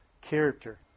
Character